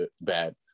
bad